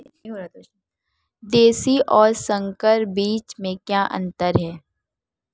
देशी और संकर बीज में क्या अंतर है?